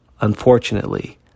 unfortunately